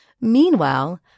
Meanwhile